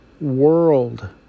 world